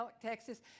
Texas